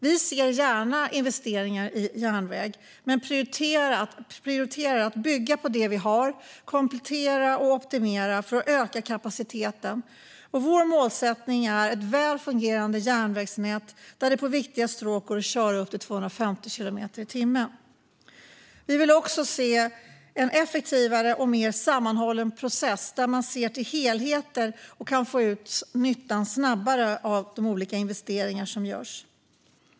Vi ser gärna investeringar i järnväg men prioriterar att bygga på det vi har, komplettera och optimera för att öka kapaciteten. Vår målsättning är ett väl fungerande järnvägsnät där det på viktiga stråk går att köra upp till 250 kilometer i timmen. Vi vill också se en effektivare och mer sammanhållen process där man ser till helheter och snabbare kan få ut nyttan av de olika investeringar som görs.